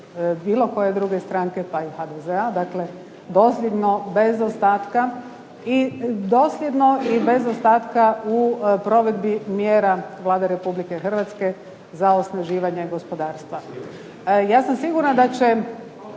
bilo koje druge stranke pa i HDZ-a. Dakle dosljedno, bez ostatka i dosljedno i bez ostatka u provedbi mjera Vlade Republike Hrvatske za osnaživanje gospodarstva. Ja sam sigurna da će